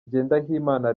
ngendahimana